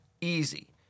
easy